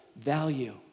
value